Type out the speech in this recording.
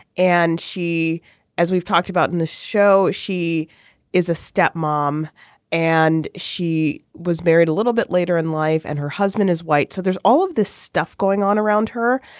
and she as we've talked about in the show she is a step mom and she was buried a little bit later in life and her husband is white so there's all of this stuff going on around her.